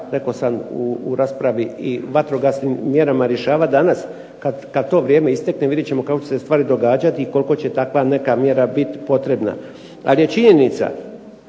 rekao sam u raspravi i vatrogasnim mjerama rješavat danas. Kad to vrijeme istekne vidjet ćemo kako će se stvari događati i koliko će takva neka mjera biti potrebna. Ali je činjenica,